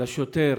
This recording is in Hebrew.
לשוטר